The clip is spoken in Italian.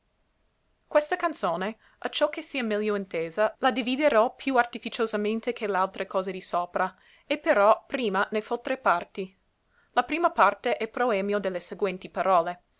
questa canzone acciò che sia meglio intesa la dividerò più artificiosamente che l'altre cose di sopra e però prima ne fo tre parti la prima parte è proemio de le sequenti parole